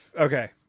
Okay